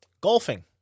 Golfing